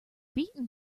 beaten